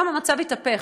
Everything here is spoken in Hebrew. היום המצב התהפך,